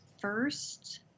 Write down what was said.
first